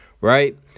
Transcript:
right